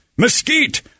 Mesquite